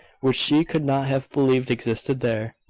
which she could not have believed existed there.